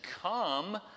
come